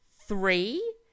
three